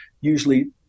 usually